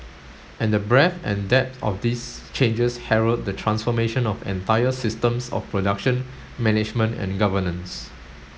and the breadth and depth of these changes herald the transformation of entire systems of production management and governance